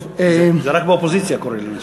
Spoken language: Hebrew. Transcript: זה רק באופוזיציה קורה לאנשים.